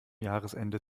jahresende